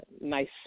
nice